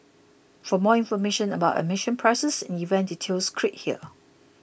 for more information about admission prices and event details click here